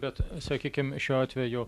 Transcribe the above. bet sakykim šiuo atveju